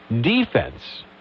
defense